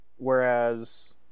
Whereas